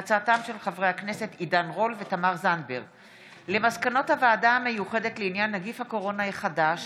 הודעת שר הבריאות על מסקנות הוועדה המיוחדת לעניין נגיף הקורונה החדש